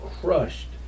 crushed